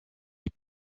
les